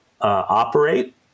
operate